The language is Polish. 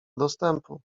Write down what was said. dostępu